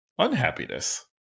unhappiness